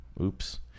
Oops